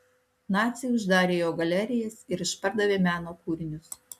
naciai uždarė jo galerijas ir išpardavė meno kūrinius